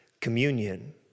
communion